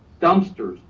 dumpsters,